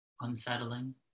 unsettling